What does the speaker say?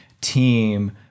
team